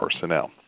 personnel